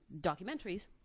documentaries